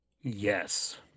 Yes